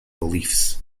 beliefs